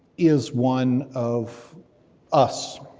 is one of us,